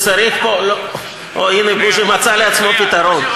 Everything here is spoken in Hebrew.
או, הנה בוז'י מצא לעצמו פתרון.